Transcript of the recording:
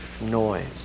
noise